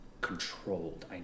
controlled